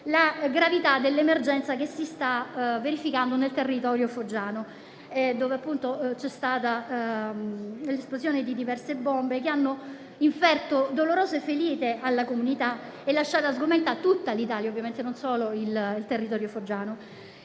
la gravità dell'emergenza che si sta verificando nel territorio foggiano, dove c'è stata l'esplosione di diverse bombe che hanno inferto dolorose ferite alla comunità e lasciato ovviamente sgomenta tutta l'Italia, e non solo il territorio foggiano.